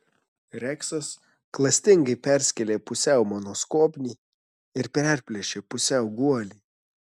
reksas klastingai perskėlė pusiau mano skobnį ir perplėšė pusiau guolį